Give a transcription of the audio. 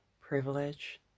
Privilege